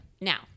Now